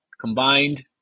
combined